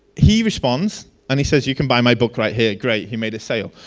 he responds and he says you can buy my book right here. great, he made a sale.